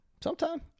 Sometime